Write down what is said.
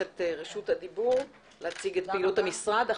את רשות הדיבור להציג את פעילות המשרד.